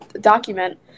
document